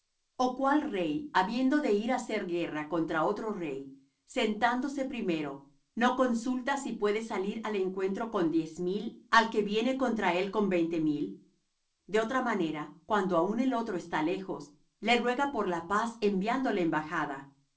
o cuál rey habiendo de ir á hacer guerra contra otro rey sentándose primero no consulta si puede salir al encuentro con diez mil al que viene contra él con veinte mil de otra manera cuando aun el otro está lejos le ruega por la paz enviándo le embajada